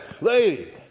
lady